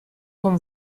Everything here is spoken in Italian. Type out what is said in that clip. con